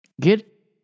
Get